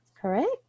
correct